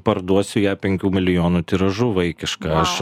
parduosiu ją penkių milijonų tiražu vaikišką aš